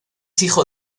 hijo